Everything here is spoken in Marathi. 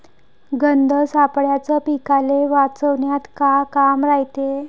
गंध सापळ्याचं पीकाले वाचवन्यात का काम रायते?